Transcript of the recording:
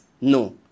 no